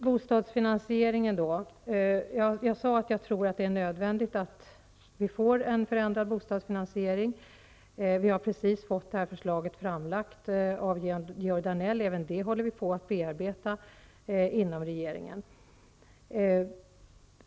Jag sade att jag tror att det är nödvändigt att förändra bostadsfinansieringen. Vi har precis fått detta förslag framlagt för oss av Georg Danell. Även det håller vi på att bearbeta inom regeringen.